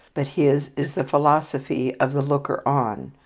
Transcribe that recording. but his is the philosophy of the looker-on,